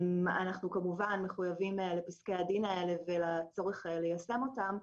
אנחנו כמובן מחויבים לפסקי הדין האלה ולצורך ליישם אותם.